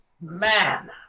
man